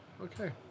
okay